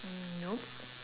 nope